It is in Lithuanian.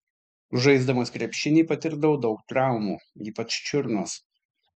žaisdamas krepšinį patirdavau daug traumų ypač čiurnos